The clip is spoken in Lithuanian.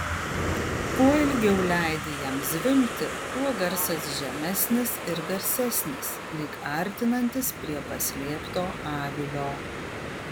kuo ilgiau leidi jam zvimbti tuo garsas žemesnis ir garsesnis lyg artinantis prie paslėpto avilio